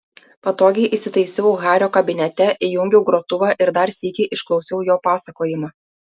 patogiai įsitaisiau hario kabinete įjungiau grotuvą ir dar sykį išklausiau jo pasakojimą